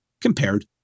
compared